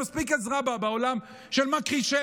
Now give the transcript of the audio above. סליחה, שלא יפריע לי.